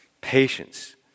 Patience